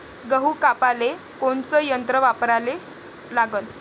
गहू कापाले कोनचं यंत्र वापराले लागन?